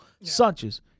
Sanchez